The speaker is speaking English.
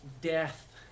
death